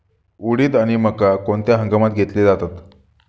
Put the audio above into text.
उडीद आणि मका कोणत्या हंगामात घेतले जातात?